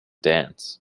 dance